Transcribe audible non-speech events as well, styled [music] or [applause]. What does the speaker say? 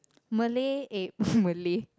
Malay eh [breath] Malay